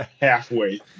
halfway